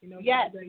Yes